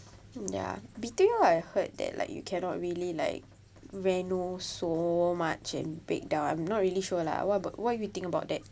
mm ya B_T_O I heard that like you cannot really like reno so much and break down I'm not really sure lah what about what do you think about that